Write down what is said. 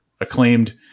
acclaimed